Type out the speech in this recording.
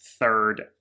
third